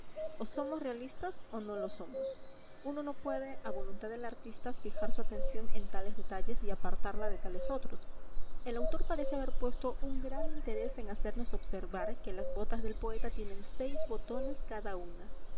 o somos realistas o no lo somos uno no puede a voluntad del artista fijar su atención en tales detalles y apartarla de tales otros el autor parece haber puesto un gran interés en hacernos observar que las botas del poeta tienen seis botones cada una